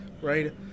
Right